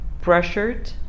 pressured